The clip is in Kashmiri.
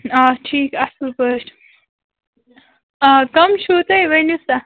آ ٹھیٖک اَصٕل پٲٹھۍ آ کَم چھِو تُہۍ ؤنِو سا